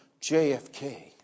JFK